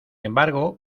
embargo